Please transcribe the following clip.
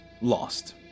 Lost